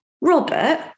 Robert